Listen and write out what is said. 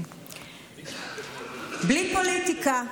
בלי פוליטיקה,